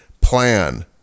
plan